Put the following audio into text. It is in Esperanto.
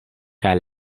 kaj